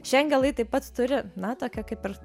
šie angelai taip pat turi na tokią kaip ir